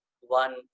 one